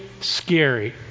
scary